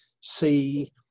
see